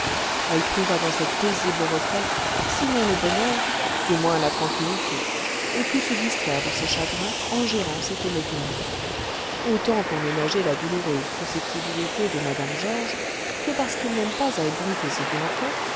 elle trouva dans cette paisible retraite sinon le bonheur du moins la tranquillité et put se distraire de ses chagrins en gérant cette métairie autant pour ménager la douloureuse susceptibilité de mme georges que parce qu'il n'aime pas à ébruiter ses bienfaits